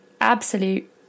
absolute